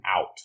out